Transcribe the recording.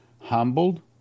humbled